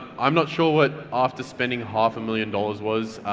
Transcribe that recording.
i'm not sure what after spending half a million dollars was,